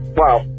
wow